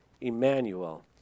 Emmanuel